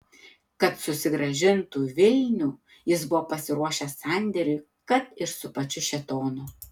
kad susigrąžintų vilnių jis buvo pasiruošęs sandėriui kad ir su pačiu šėtonu